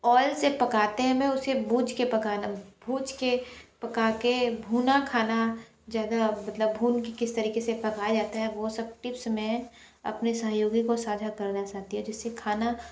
oil से पकाते हैं मैं उसे भूज के पकाना भूज के पका कर भुना खाना ज़्यादा मतलब भून के किस तरीके से पकाया जाता है वह सब टिप्स मैं अपने सहयोगी को साझा करना चाहती हूँ जिससे खाना